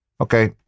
Okay